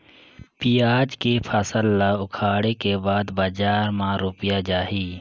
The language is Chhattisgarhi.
पियाज के फसल ला उखाड़े के बाद बजार मा रुपिया जाही?